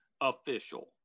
official